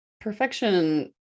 Perfection